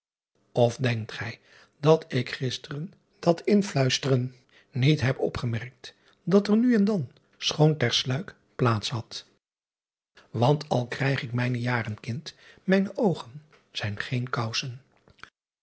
f denkt gij dat ik gisteren dat inluisteren niet heb opgemerkt dat er nu en dan schoon ter sluik plaats had want al krijg ik mijne jaren kind mijne oogen zijn geen kousen